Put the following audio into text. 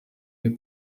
iyo